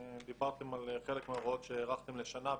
דיברתם על חלק מההוראות שהארכתם לשנה.